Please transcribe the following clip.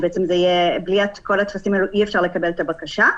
שזה יהיה שבלי כל הטפסים האלה אי אפשר לקבל את הבקשה.